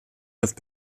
have